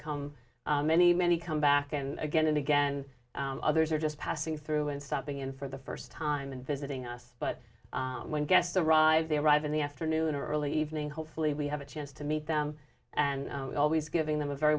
come many many come back and again and again others are just passing through and stopping in for the first time and visiting us but when guests arrive they arrive in the afternoon or early evening hopefully we have a chance to meet them and we always giving them a very